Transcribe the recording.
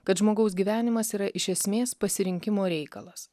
kad žmogaus gyvenimas yra iš esmės pasirinkimo reikalas